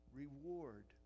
reward